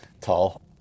tall